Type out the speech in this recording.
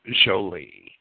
Jolie